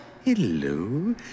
Hello